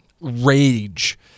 rage